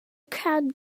crowd